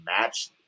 match